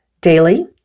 daily